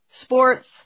sports